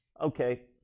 Okay